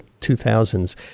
2000s